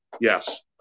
Yes